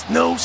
no